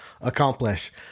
accomplish